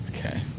Okay